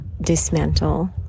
dismantle